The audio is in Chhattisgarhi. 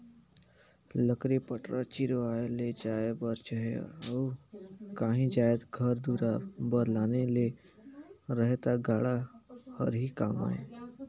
लकरी पटरा चिरवाए ले जाए बर रहें चहे अउ काही जाएत घर दुरा बर लाने ले रहे ता गाड़ा हर ही काम आए